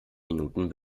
minuten